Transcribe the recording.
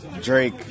Drake